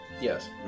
Yes